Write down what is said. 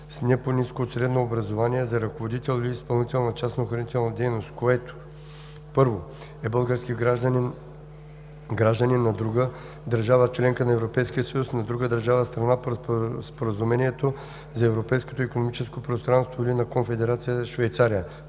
с не по-ниско от средно образование – за ръководител или изпълнител на частна охранителна дейност, което: 1. е български гражданин, гражданин на друга държава – членка на Европейския съюз, на друга държава – страна по Споразумението за Европейското икономическо пространство, или на Конфедерация Швейцария;